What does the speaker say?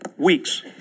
Weeks